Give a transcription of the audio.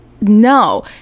No